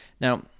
Now